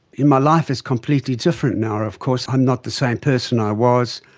my life is completely different now, of course i'm not the same person i was,